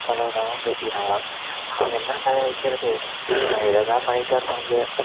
பண்ணுவதாகவும் பேசிக்கிறாங்களாம் அவங்க என்ன கதை வைக்கிறது அவங்க இதை தான் பண்ணிக்கிட்டே இருப்பாங்க